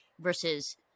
versus